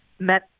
met